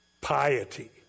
piety